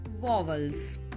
vowels